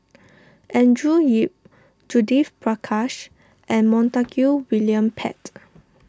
Andrew Yip Judith Prakash and Montague William Pett